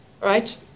right